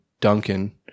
Duncan